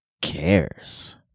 cares